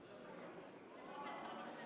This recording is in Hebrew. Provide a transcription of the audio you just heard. בעד,